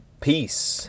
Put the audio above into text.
peace